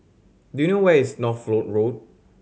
do you know where is Northolt Road